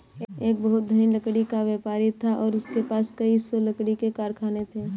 एक बहुत धनी लकड़ी का व्यापारी था और उसके पास कई सौ लकड़ी के कारखाने थे